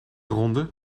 ronde